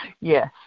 Yes